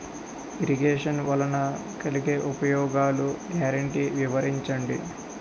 Irrigation వలన కలిగే ఉపయోగాలు గ్యారంటీ వివరించండి?